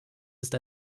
ist